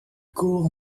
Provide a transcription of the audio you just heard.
cour